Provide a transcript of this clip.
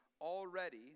already